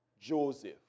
Joseph